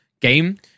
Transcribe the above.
game